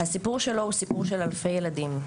הסיפור שלו הוא סיפור של אלפי ילדים,